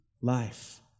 life